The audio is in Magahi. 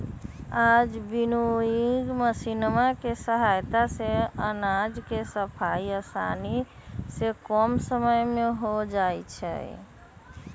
आज विन्नोइंग मशीनवा के सहायता से अनाज के सफाई आसानी से कम समय में हो जाहई